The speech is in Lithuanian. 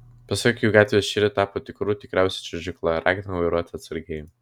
pasak jų gatvės šįryt tapo tikrų tikriausia čiuožykla ragina vairuoti atsargiai